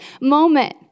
moment